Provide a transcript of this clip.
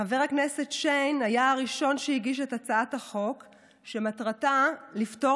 חבר הכנסת שיין היה הראשון שהגיש את הצעת החוק שמטרתה לפטור